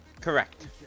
Correct